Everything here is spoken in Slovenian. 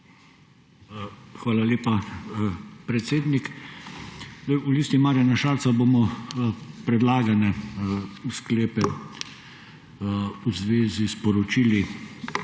Hvala lepa, predsednik. V Listi Marjana Šarca bomo predlagane sklepe v zvezi s poročili